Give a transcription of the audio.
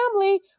family